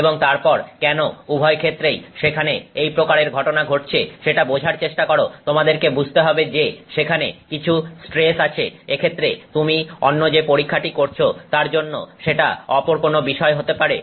এবং তারপর কেন উভয় ক্ষেত্রেই সেখানে এই প্রকারের ঘটনা ঘটছে সেটা বোঝার চেষ্টা করা তোমাদেরকে বুঝতে হবে যে সেখানে কিছু স্ট্রেস আছে এক্ষেত্রে তুমি অন্য যে পরীক্ষাটি করছো তার জন্য সেটা অপর কোন বিষয় হতে পারে